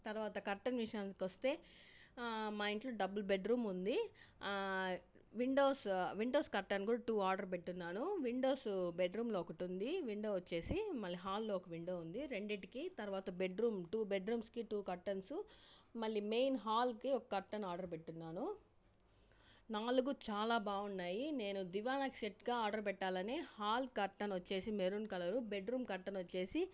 తర్వాత కర్టెన్ విషయానికి వస్తే మా ఇంట్లో డబల్ బెడ్రూమ్ ఉంది విండోస్ విండోస్ కర్టెన్ కూడా టూ ఆర్డర్ పెట్టిన్నాను విండోస్ బెడ్రూమ్లో ఒకటి ఉంది విండో వచ్చి మళ్ళీ హాల్లో ఒక విండో ఉంది రెండిటికీ తర్వాత బెడ్రూమ్ టూ బెడ్రూమ్స్కి టూ కర్టన్స్ మళ్ళీ మెయిన్ హాల్కి ఒక కర్టెన్ ఆర్డర్ పెట్టిన్నాను నాలుగు చాలా బాగున్నాయి నేను దివాన్ సెట్గా ఆర్డర్ పెట్టాలని హాల్ కర్టెన్ వచ్చి మెరూన్ కలర్ బెడ్రూమ్ కర్టెన్ వచ్చి